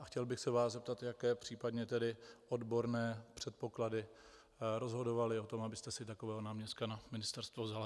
A chtěl bych se vás zeptat, jaké tedy případně odborné předpoklady rozhodovaly o tom, abyste si takového náměstka na ministerstvo vzala.